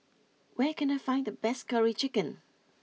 where can I find the best Curry Chicken